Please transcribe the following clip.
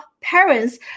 parents